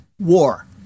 war